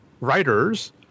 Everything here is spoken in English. writers